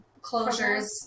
closures